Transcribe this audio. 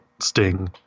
Sting